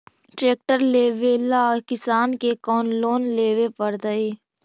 Tractor लेवेला किसान के कौन लोन लेवे पड़तई?